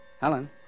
Helen